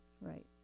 Right